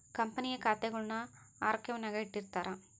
ಕಂಪನಿಯ ಖಾತೆಗುಳ್ನ ಆರ್ಕೈವ್ನಾಗ ಇಟ್ಟಿರ್ತಾರ